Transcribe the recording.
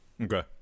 Okay